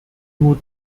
nur